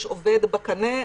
יש עובד בקנה,